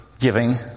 giving